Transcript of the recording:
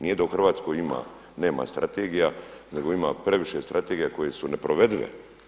Nije da u Hrvatskoj nema strategija nego ima previše strategija koje su neprovedive.